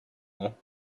all